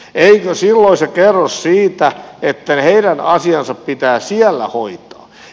eikö silloin se kerro siitä että heidän asiansa pitää siellä hoitaa